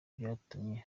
byatumye